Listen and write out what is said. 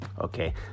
okay